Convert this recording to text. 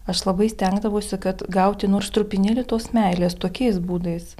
aš labai stengdavausi kad gauti nors trupinėlį tos meilės tokiais būdais